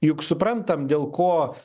juk suprantam dėl ko